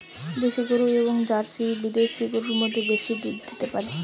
দেশী গরু এবং জার্সি বা বিদেশি গরু মধ্যে কে বেশি দুধ দিতে পারে?